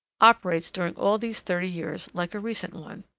operates during all these thirty years like a recent one.